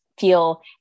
feel